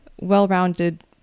well-rounded